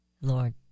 lord